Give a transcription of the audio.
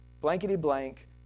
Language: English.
blankety-blank